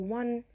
one